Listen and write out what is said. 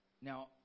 Now